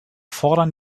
fordern